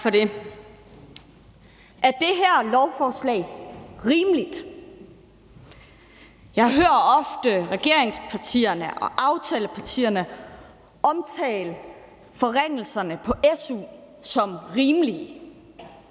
Er det her lovforslag rimeligt? Jeg hører ofte regeringspartierne og aftalepartierne omtale forringelserne på su som rimelige